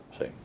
see